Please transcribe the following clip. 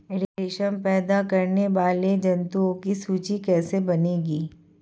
रेशम पैदा करने वाले जंतुओं की सूची कैसे बनेगी?